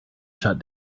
shut